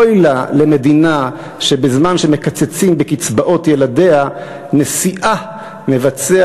אוי לה למדינה שבזמן שמקצצים בקצבאות ילדיה נשיאה מבצע